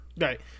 Right